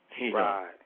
Right